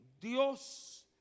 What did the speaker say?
Dios